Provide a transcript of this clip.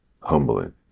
Humbling